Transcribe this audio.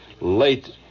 late